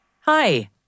Hi